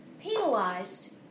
penalized